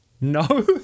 No